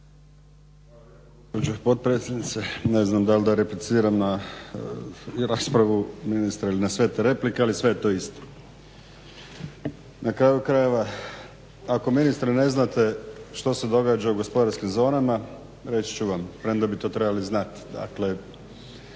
gospođo potpredsjednice ne znam dal da repliciram na raspravu ministra ili na sve te replike ali sve je to isto. Na kraju krajeva ako ministre ne znate što se događa u gospodarskim zonama reći ću vam premda bi to trebali znati. Dakle